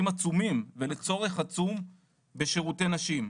עצומים ולצורך עצום בשירותי נשים.